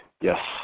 yes